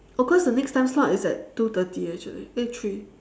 oh cause the next time slot is at two thirty actually eh three